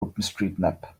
openstreetmap